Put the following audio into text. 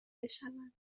بشوند